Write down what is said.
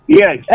yes